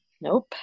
Nope